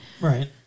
Right